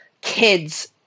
kids